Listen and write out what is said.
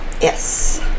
Yes